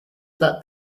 that